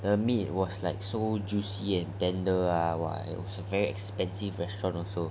the meat was like so juicy and tender ah !wah! it was a very expensive restaurant